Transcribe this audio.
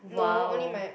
!wow!